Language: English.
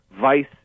vice